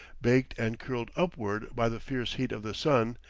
baked and curled upward by the fierce heat of the sun,